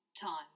time